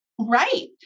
Right